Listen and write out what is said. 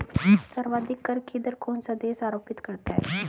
सर्वाधिक कर की दर कौन सा देश आरोपित करता है?